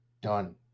Done